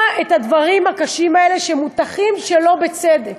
את הדברים הקשים האלה שמוטחים שלא בצדק.